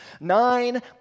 nine